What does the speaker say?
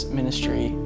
ministry